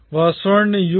एक स्वर्ण युग